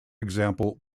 example